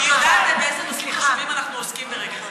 היא יודעת באיזה נושאים חשובים אנחנו עוסקים ברגע זה.